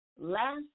last